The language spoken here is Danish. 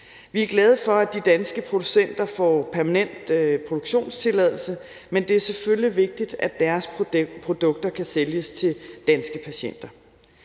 Vi er glade for, at de danske producenter får permanent produktionstilladelse, men det er selvfølgelig vigtigt, at deres produkter kan sælges til danske patienter.